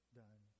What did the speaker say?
done